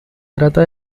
trata